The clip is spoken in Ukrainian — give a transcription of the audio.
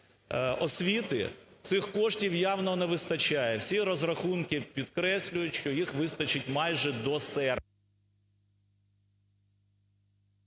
освіти, цих коштів явно не вистачає. Всі розрахунки підкреслюють, що їх вистачить майже до серпня.